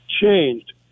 changed